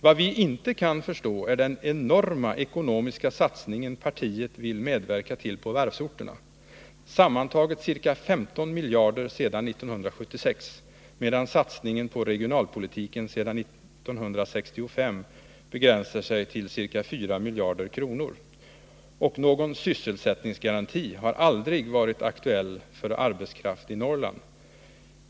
Vad vi inte kan förstå är den enorma ekonomiska satsningen partiet vill medverka till på varvsorterna, sammantaget cirka 15 miljarder sedan 1976, medan satsningen på regionalpolitiken sedan 1965 begränsar sig till cirka 4 miljarder kronor, och någon ”sysselsättningsgaranti” har aldrig varit aktuell för arbetskraft i Norrland.